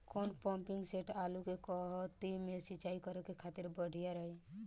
कौन pumping set आलू के कहती मे सिचाई करे खातिर बढ़िया रही?